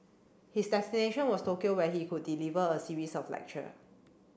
his destination was Tokyo where he could deliver a series of lecture